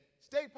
stay